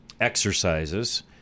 exercises